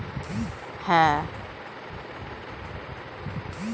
সব স্টকগুলাতে মালিকানার নাম লেখা থাকে